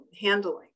handling